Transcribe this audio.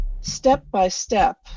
step-by-step